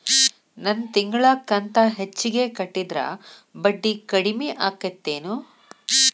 ನನ್ ತಿಂಗಳ ಕಂತ ಹೆಚ್ಚಿಗೆ ಕಟ್ಟಿದ್ರ ಬಡ್ಡಿ ಕಡಿಮಿ ಆಕ್ಕೆತೇನು?